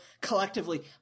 collectively